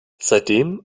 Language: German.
seitdem